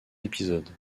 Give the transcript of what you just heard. épisodes